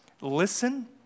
listen